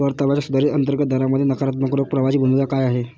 परताव्याच्या सुधारित अंतर्गत दरामध्ये नकारात्मक रोख प्रवाहाची भूमिका काय आहे?